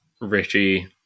Richie